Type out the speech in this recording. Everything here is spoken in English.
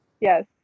Yes